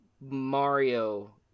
Mario